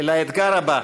אל האתגר הבא.